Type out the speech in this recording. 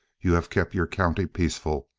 you have kept your county peaceful.